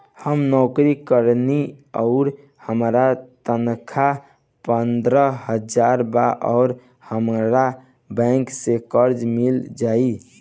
हम नौकरी करेनी आउर हमार तनख़ाह पंद्रह हज़ार बा और हमरा बैंक से कर्जा मिल जायी?